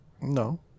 No